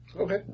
Okay